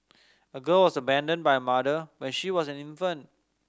a girl was abandoned by mother when she was an infant